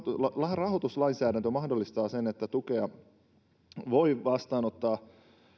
rahoituslainsäädäntö mahdollistaa sen että voi vastaanottaa